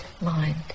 mind